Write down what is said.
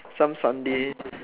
some Sunday